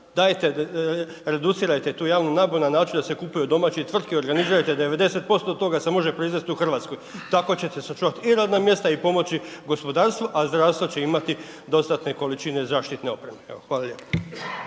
reducirajte tu javnu nabavu na način da se kupuju od domaće tvrtke, organizirajte, 90% toga se može proizvest u Hrvatskoj. Tako ćete sačuvat i radna mjesta i pomoći gospodarstvu, a zdravstvo će imati dostatne količine zaštitne opreme. Evo hvala lijepo.